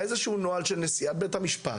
היה איזשהו נוהל של נשיאת בית המשפט